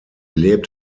lebt